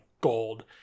gold